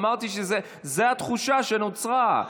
אמרתי שזאת התחושה שנוצרה.